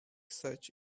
such